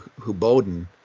Huboden